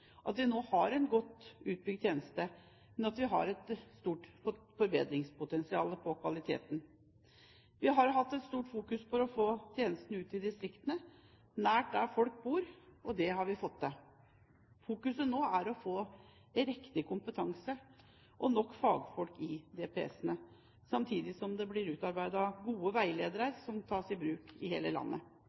at vi nå har en godt utbygd tjeneste, men at vi har et stort forbedringspotensial når det gjelder kvaliteten. Vi har hatt stort fokus på å få tjenestene ut i distriktene, nær der folk bor, og det har vi fått til. Fokuset nå er å få riktig kompetanse og nok fagfolk i DPS-ene, samtidig som det blir utarbeidet gode veiledere som tas i bruk i hele landet.